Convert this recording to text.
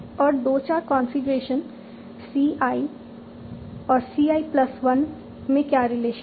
और दो लगातार कॉन्फ़िगरेशन सीआई और सीआई प्लस वन में क्या रिलेशन है